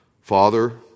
Father